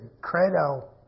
credo